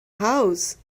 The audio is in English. house